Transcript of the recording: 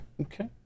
Okay